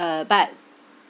uh but